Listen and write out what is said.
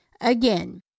Again